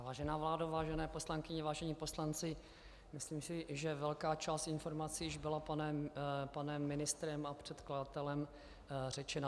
Vážená vládo, vážené poslankyně, vážení poslanci, myslím si, že velká část informací již byla panem ministrem a předkladatelem řečena.